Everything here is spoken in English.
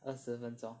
二十分钟